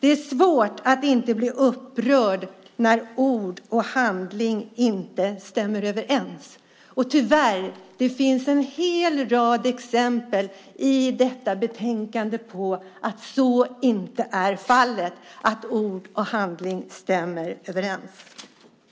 Det är svårt att inte bli upprörd när ord och handling inte stämmer överens. Tyvärr finns det en hel rad exempel i detta betänkande på att så är fallet, att ord och handling inte stämmer överens.